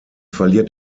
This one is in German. verliert